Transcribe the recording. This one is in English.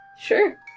Sure